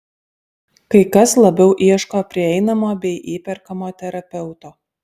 kai kas labiau ieško prieinamo bei įperkamo terapeuto